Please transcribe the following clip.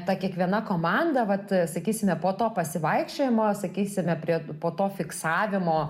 ta kiekviena komanda vat sakysime po to pasivaikščiojimo sakysime prie po to fiksavimo